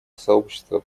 сообщество